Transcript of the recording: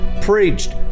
preached